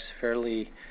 fairly